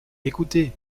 écoutez